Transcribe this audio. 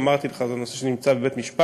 אמרתי לך שזה נושא שנמצא בבית-משפט,